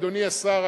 אדוני השר,